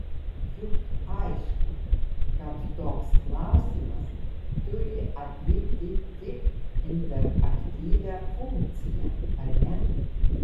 juk aišku kad toks klausimas turi atlikti tik interaktyvią funkciją ar ne